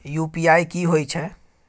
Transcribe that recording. UPI की होय छै?